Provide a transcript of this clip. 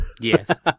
Yes